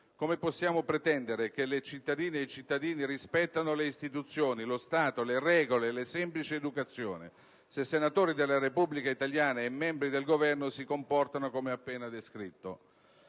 Come possiamo pretendere che le cittadine e i cittadini rispettino le istituzioni, lo Stato, le regole, la semplice educazione, se senatori della Repubblica italiana e membri del Governo si comportano come appena descritto?